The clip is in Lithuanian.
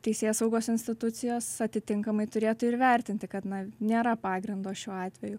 teisėsaugos institucijos atitinkamai turėtų įvertinti kad na nėra pagrindo šiuo atveju